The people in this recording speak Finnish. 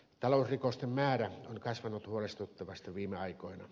talousrikosten määrä on kasvanut huolestuttavasti viime aikoina